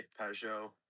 Pajot